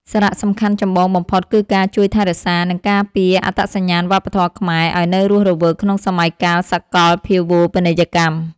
សារៈសំខាន់ចម្បងបំផុតគឺការជួយថែរក្សា និងការពារអត្តសញ្ញាណវប្បធម៌ខ្មែរឱ្យនៅរស់រវើកក្នុងសម័យកាលសកលភាវូបនីយកម្ម។